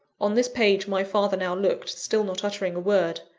on this page my father now looked, still not uttering a word,